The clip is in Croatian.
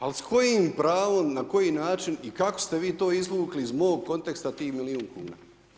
Ali s kojim pravom, na koji način i kako ste vi to izvukli iz mog konteksta, tih milijun kuna?